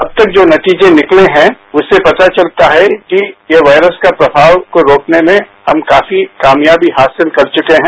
अब तक जो नतीजे निकले हैं उनसे पता चलता है कि यह वायरस के प्रमाव को रोकने में हम काफी कामयाबी हासिल कर चुके हैं